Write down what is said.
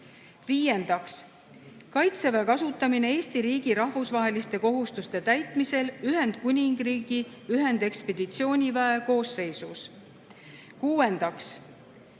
Viiendaks, "Kaitseväe kasutamine Eesti riigi rahvusvaheliste kohustuste täitmisel Ühendkuningriigi ühendekspeditsiooniväe koosseisus". Kuuendaks,